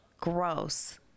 gross